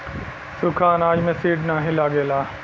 सुखा अनाज में सीड नाही लगेला